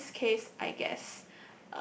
in this case I guess